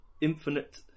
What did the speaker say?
infinite